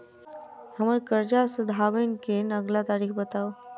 हम्मर कर्जा सधाबई केँ अगिला तारीख बताऊ?